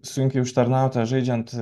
sunkiai užtarnautą žaidžiant